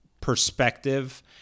perspective